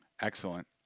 Excellent